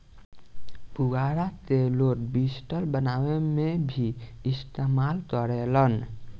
पुआरा के लोग बिस्तर बनावे में भी इस्तेमाल करेलन